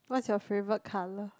what's your favourite colour